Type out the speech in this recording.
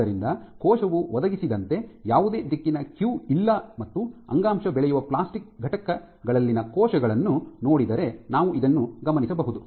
ಆದ್ದರಿಂದ ಕೋಶವು ಒದಗಿಸಿದಂತೆ ಯಾವುದೇ ದಿಕ್ಕಿನ ಕ್ಯೂ ಇಲ್ಲ ಮತ್ತು ಅಂಗಾಂಶ ಬೆಳೆಯುವ ಪ್ಲಾಸ್ಟಿಕ್ ಫಲಕಗಳಲ್ಲಿನ ಕೋಶಗಳನ್ನು ನೋಡಿದರೆ ನಾವು ಇದನ್ನು ಗಮನಿಸಬಹುದು